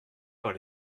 par